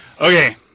Okay